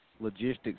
logistics